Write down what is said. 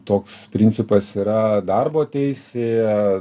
toks principas yra darbo teisėje